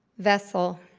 vessel